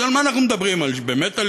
אז על מה אנחנו מדברים, באמת על